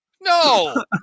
No